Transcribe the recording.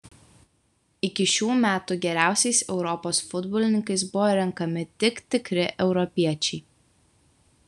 iki šių metų geriausiais europos futbolininkais buvo renkami tik tikri europiečiai